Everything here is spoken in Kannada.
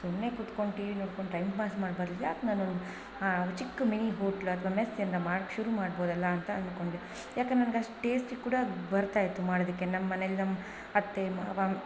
ಸುಮ್ಮನೆ ಕುತ್ಕೊಂಡು ಟಿ ವಿ ನೋಡ್ಕೊಂಡು ಟೈಮ್ ಪಾಸ್ ಮಾಡೋ ಬದಲು ಯಾಕೆ ನಾನು ಚಿಕ್ಕ ಮಿನಿ ಹೋಟ್ಲು ಅಥ್ವಾ ಮೇಸ್ ಏನಾರ ಮಾಡಕ್ಕೆ ಶುರು ಮಾಡ್ಬೋದಲ್ಲ ಅಂತ ಅನ್ಕೊಂಡೆ ಯಾಕಂದರೆ ನನ್ಗಷ್ಟು ಟೇಸ್ಟಿ ಕೂಡ ಬರ್ತಾಯಿತ್ತು ಮಾಡೋದಕ್ಕೆ ನಮ್ಮಮನೆಯಲ್ಲಿ ನಮ್ಮ ಅತ್ತೆ ಮಾವ